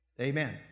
Amen